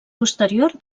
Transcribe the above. posterior